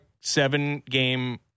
seven-game